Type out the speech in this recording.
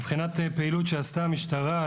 מבחינת פעילויות שעשתה המשטרה,